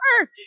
earth